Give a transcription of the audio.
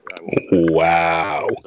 Wow